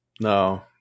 no